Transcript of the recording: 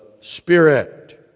Spirit